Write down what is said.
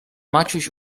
maciuś